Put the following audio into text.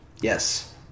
Yes